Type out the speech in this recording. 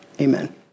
amen